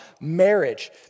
marriage